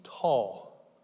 tall